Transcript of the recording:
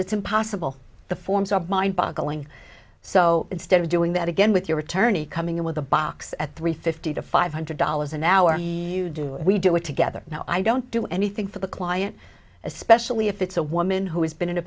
it's impossible the forms are mind boggling so instead of doing that again with your attorney coming in with a box at three fifty to five hundred dollars an hour you do we do it together now i don't do anything for the client especially if it's a woman who has been in a